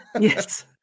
Yes